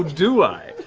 do i?